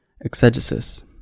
Exegesis